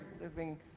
living